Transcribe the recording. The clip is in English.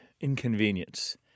inconvenience